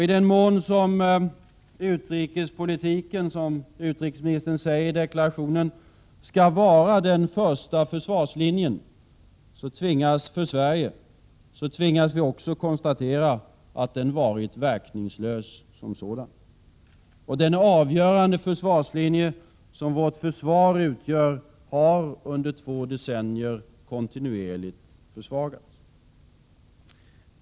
I den mån som utrikespolitiken, som utrikesministern säger i deklarationen, skall vara den första försvarslinjen för Sverige tvingas vi också konstatera att den har varit verkningslös som sådan. Och den avgörande försvarslinje som vårt försvar utgör har under två decennier kontinuerligt försvagats.